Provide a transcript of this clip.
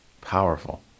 powerful